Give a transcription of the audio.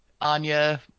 Anya